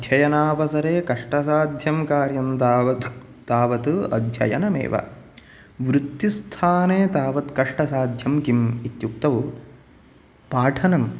अध्ययनावसरे कष्टसाध्यं कार्यं तावत् तावत् अध्ययनमेव वृत्तिस्थाने तावत् कष्टसाध्यं किम् इत्युक्तौ पाठनम्